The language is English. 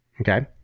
okay